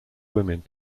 women